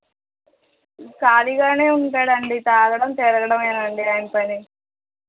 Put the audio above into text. ఖాళీగా ఉంటాడు అండి తాగడం తిరగడం అండి ఆయన పని